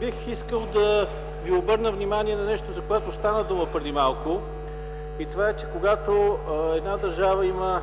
Бих искал да ви обърна внимание на нещо, за което преди малко стана дума. Това е, че когато една държава има